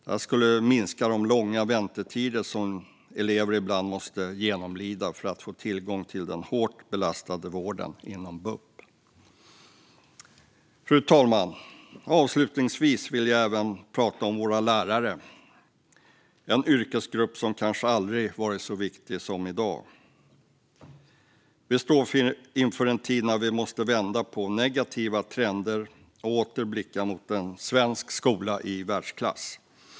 Det skulle minska de långa väntetider som elever ibland måste genomlida för att få tillgång till den hårt belastade vården inom BUP. Fru talman! Avslutningsvis vill jag även tala om våra lärare. Det är en yrkesgrupp som kanske aldrig varit så viktig som i dag. Vi står inför en tid när vi måste vända på negativa trender och åter blicka mot en svensk skola i världsklass.